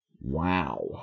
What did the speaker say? Wow